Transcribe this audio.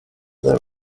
them